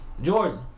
Jordan